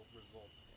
results